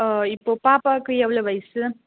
இப்போ பாப்பாவுக்கு எவ்வளோ வயசு